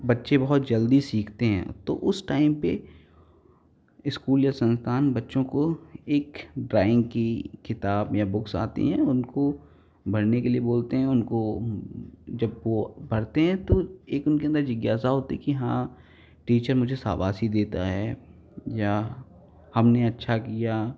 बच्चे बहुत जल्दी सीखते हैं तो उस टाइम पर इस्कूल या संस्थान बच्चों को एक ड्राइंग की किताब या बुक्स आती हैं उनको भरने के लिए बोलते हैं उनको जब वह भरते हैं तो एक उनके अंदर जिज्ञासा होती कि हाँ टीचर मुझे शाबाशी देता है या हमने अच्छा किया